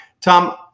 Tom